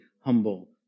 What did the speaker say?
humble